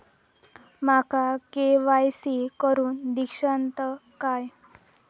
माका के.वाय.सी करून दिश्यात काय?